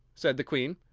said the queen.